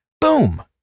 Boom